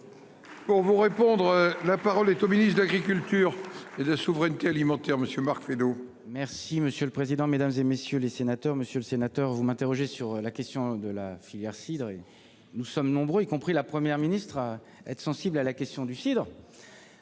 Pour vous répondre. La parole est au ministre de l'Agriculture et de souveraineté alimentaire, monsieur Marc Fesneau. Merci monsieur le président, Mesdames, et messieurs les sénateurs, monsieur le sénateur, vous m'interrogez sur la question de la filière cidre et nous sommes nombreux, y compris la Première ministre être sensible à la question du cidre.